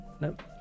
nope